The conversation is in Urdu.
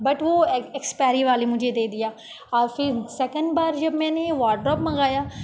بٹ وہ ایکسپائری والی مجھے دے دیا اور پھر سیکنڈ بار جب میں نے وارڈ روب منگایا